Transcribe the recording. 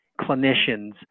clinicians